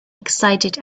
excited